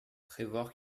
prévoir